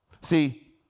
See